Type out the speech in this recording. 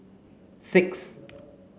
six